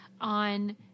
on